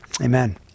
amen